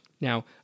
Now